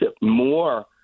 more